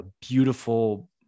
beautiful